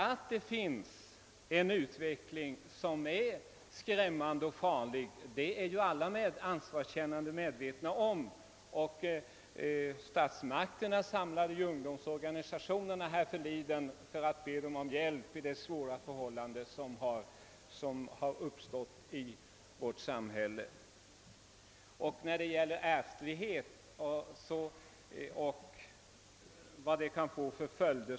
Att det finns en skrämmande och farlig utveckling är alla ansvarskännande människor medvetna om. Statsmakterna samlade ju representanter för ungdomsorganisationerna härförleden för att be dem om hjälp i de svåra för hållanden som har uppstått i vårt samhälle. Jag skall inte här ta upp någon debatt om ärftlighet och vad den kan få för följder.